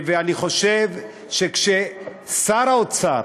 אני חושב שכששר האוצר